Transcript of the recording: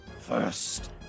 First